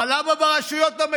אבל עד אז צריך להגביר, תודה.